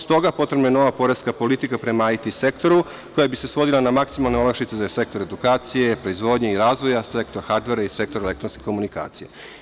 Stoga, potrebna je nova poreska politika prema IT sektoru koja bi se svodila na maksimalne olakšice za sektor edukacije, proizvodnje i razvoja, sektor hardvera i sektor elektronske komunikacije.